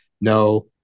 No